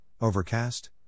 Overcast